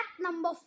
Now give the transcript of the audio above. number